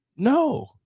No